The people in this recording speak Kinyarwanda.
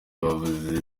bavuze